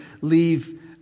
leave